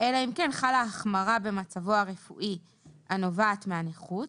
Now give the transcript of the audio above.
אלא אם כן חלה החמרה במצבו הרפואי הנובעת מהנכות,